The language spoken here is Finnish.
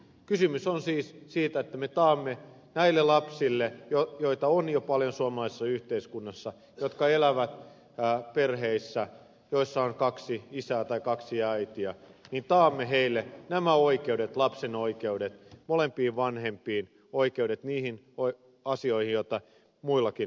kysymys on siis siitä että me takaamme näille lapsille joita on jo paljon suomalaisessa yhteiskunnassa jotka elävät perheissä joissa on kaksi isää tai kaksi äitiä nämä oikeudet lapsen oikeudet molempiin vanhempiin oikeudet niihin asioihin jotka muillakin lapsilla on